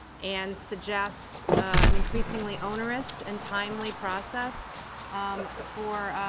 and suggest an increasingly onerous and timely process for